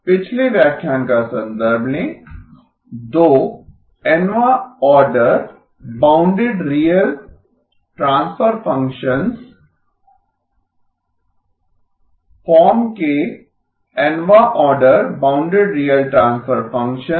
पिछले व्याख्यान का संदर्भ लें दो Nवाँ order bounded real transfer functions P0 D P1 D form के Nवाँ order bounded real transfer functions